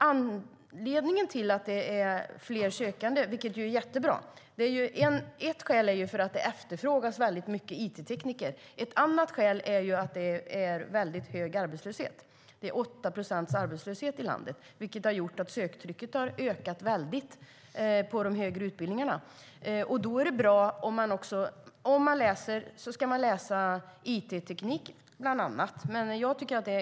Det är jättebra att det är fler sökande, och ett skäl är att det efterfrågas mycket it-tekniker. Ett annat skäl är att det är väldigt hög arbetslöshet - det är 8 procents arbetslöshet i landet, vilket har gjort att söktrycket har ökat väldigt på de högre utbildningarna. Då är det bra om man, om man läser, också ska läsa bland annat it-teknik.